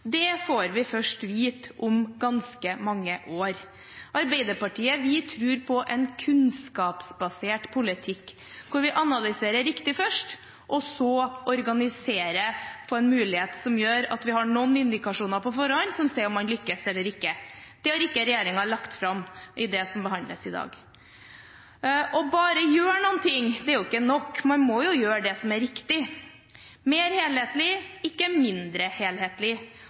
byggherrekompetansen, får vi først vite om ganske mange år. Vi i Arbeiderpartiet tror på en kunnskapsbasert politikk hvor vi analyserer riktig først, og så organiserer på en måte som gjør at vi har noen indikasjoner på forhånd som sier om man lykkes eller ikke. Det har ikke regjeringen lagt fram i det som behandles i dag. Bare å gjøre noen ting er ikke nok, man må gjøre det som er riktig: mer helhetlig, ikke mindre helhetlig,